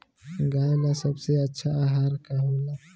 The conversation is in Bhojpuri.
गाय ला सबसे अच्छा आहार का होला?